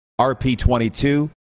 RP22